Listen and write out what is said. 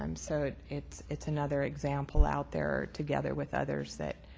um so it's it's another example out there together with others that